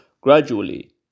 Gradually